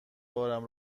بارم